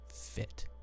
fit